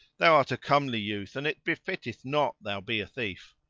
thou art a comely youth and it befitteth not thou be a thief.